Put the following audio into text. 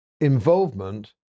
involvement